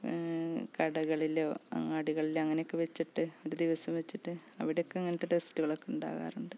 കടകളിലോ അങ്ങാടികളിലോ അങ്ങനെയൊക്കെ വെച്ചിട്ട് ഒരു ദിവസം വെച്ചിട്ട് അവിടെയൊക്കെ അങ്ങനത്തെ ടെസ്റ്റുകളൊക്കെ ഉണ്ടാകാറുണ്ട്